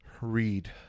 read